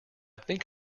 think